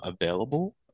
available